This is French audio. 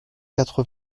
quatre